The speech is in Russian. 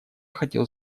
хотел